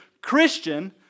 Christian